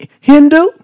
Hindu